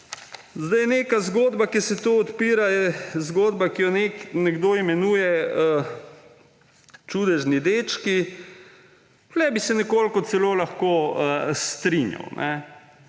Neka zgodba, ki se tu odpira, je zgodba, ki jo nekdo imenuje čudežni dežki. Tukaj bi se nekoliko celo lahko strinjal.